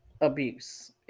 abuse